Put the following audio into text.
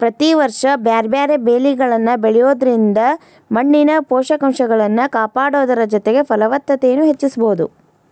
ಪ್ರತಿ ವರ್ಷ ಬ್ಯಾರ್ಬ್ಯಾರೇ ಬೇಲಿಗಳನ್ನ ಬೆಳಿಯೋದ್ರಿಂದ ಮಣ್ಣಿನ ಪೋಷಕಂಶಗಳನ್ನ ಕಾಪಾಡೋದರ ಜೊತೆಗೆ ಫಲವತ್ತತೆನು ಹೆಚ್ಚಿಸಬೋದು